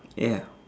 ya